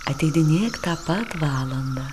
ateidinėk tą pat valandą